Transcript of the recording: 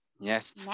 Yes